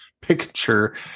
picture